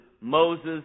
Moses